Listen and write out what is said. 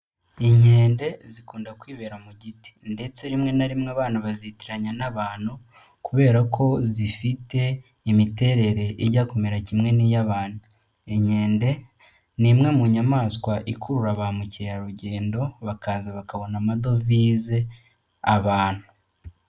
Inkende zikunda kwibera mu giti ndetse rimwe na rimwe abana bazitiranya n'abantu kubera ko zifite imiterere ijya kumera kimwe n'iy'abantu, inkende ni imwe mu nyamaswa ikurura ba mukerarugendo bakaza bakabona amadovize, abantu.